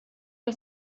que